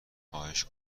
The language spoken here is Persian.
خواهش